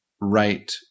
right